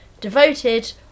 devoted